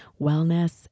wellness